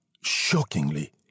shockingly